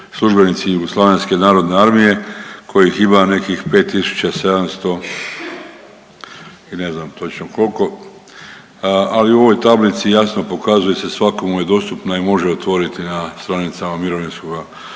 službenici JNA kojih ima nekih 5700 i ne znam točno koliko, ali u ovoj tablici jasno pokazuje se svakomu je dostupna i može otvoriti na stranicama mirovinskoga sustava.